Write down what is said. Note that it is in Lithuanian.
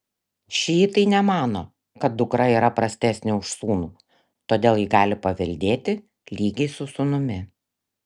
šiitai nemano kad dukra yra prastesnė už sūnų todėl ji gali paveldėti lygiai su sūnumi